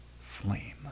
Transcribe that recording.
flame